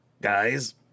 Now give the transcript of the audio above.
guys